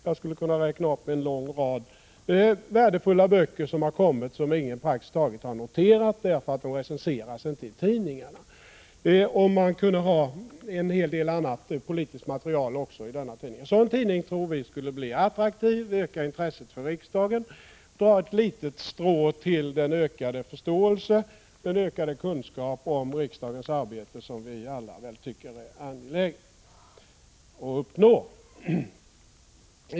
Jag skulle kunna räkna upp en lång rad värdefulla böcker som har kommit ut, men som praktiskt taget ingen har noterat därför att de inte recenserats i tidningarna. Man kunde också ha en hel del annat politiskt material i denna tidning. En sådana tidning tror vi skulle bli attraktiv, öka intresset för riksdagen och dra ett litet strå till den ökade förståelse och kunskap om riksdagens arbete som vi alla tycker att det är angeläget att uppnå.